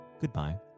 goodbye